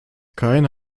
keine